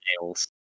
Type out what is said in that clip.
nails